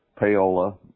payola